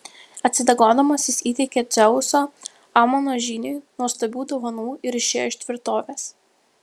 atsidėkodamas jis įteikė dzeuso amono žyniui nuostabių dovanų ir išėjo iš tvirtovės